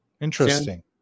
Interesting